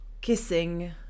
kissing